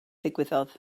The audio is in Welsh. ddigwyddodd